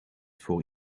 voor